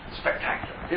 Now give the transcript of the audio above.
spectacular